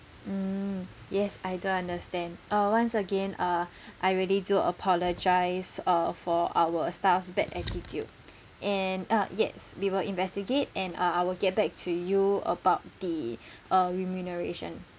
mm yes I do understand uh once again uh I really do apologize uh for our staff's bad attitude and uh yes we will investigate and uh I will get back to you about the uh remuneration